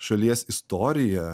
šalies istoriją